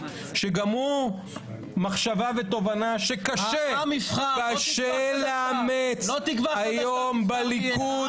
שגם הוא מחשבה ותובנה שקשה לאמץ היום בליכוד.